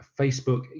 facebook